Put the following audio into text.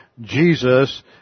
Jesus